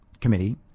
committee